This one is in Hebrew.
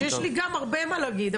שיש לי גם הרבה מה להגיד.